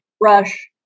Rush